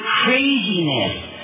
craziness